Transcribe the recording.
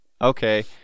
okay